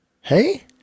Hey